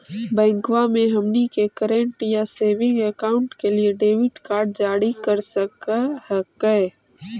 बैंकवा मे हमनी के करेंट या सेविंग अकाउंट के लिए डेबिट कार्ड जारी कर हकै है?